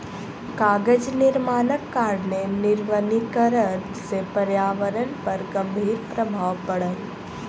कागज निर्माणक कारणेँ निर्वनीकरण से पर्यावरण पर गंभीर प्रभाव पड़ल